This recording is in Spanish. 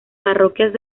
parroquias